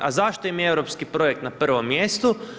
A zašto im je europski projekt na prvom mjestu?